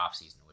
offseason